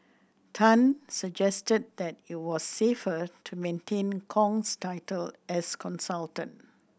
tan suggested that it was safer to maintain Kong's title as consultant